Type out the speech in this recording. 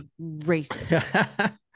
racist